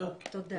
תודה.